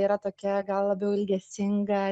yra tokia gal labiau ilgesinga